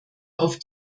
auf